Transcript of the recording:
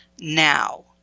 now